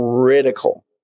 critical